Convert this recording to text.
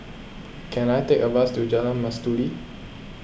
can I take a bus to Jalan Mastuli